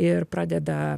ir pradeda